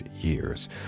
years